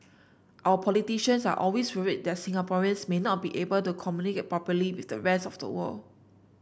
our politicians are always worried that Singaporeans may not be able to communicate properly with the rest of the world